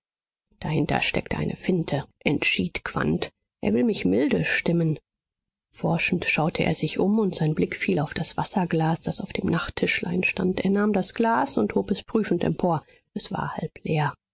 dahinter steckt eine finte entschied quandt er will mich milde stimmen forschend schaute er sich um und sein blick fiel auf das wasserglas das auf dem nachttischlein stand er nahm das glas und hob es prüfend empor es war halb leer